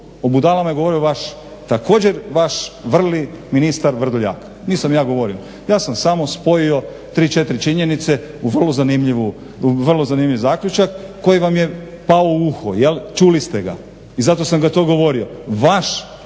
budalama je govorio vaš, također vaš vrli ministar Vrdoljak. Nisam ja govorio. Ja sam samo spojio tri, četiri činjenice u vrlo zanimljiv zaključak koji vam je pao u uho jel' čuli ste ga i zato sam to govorio. Vaš